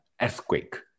earthquake